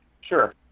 Sure